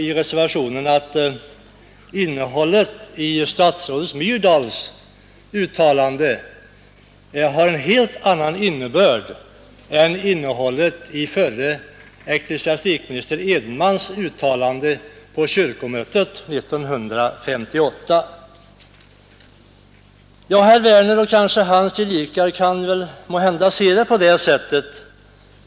I reservationen sägs det också att statsrådet Myrdals uttalande har en helt annan innebörd än förre ecklesiastikministern Edenmans uttalande på kyrkomötet 1958. Herr Werner i Malmö och hans gelikar kan måhända se saken på det sättet.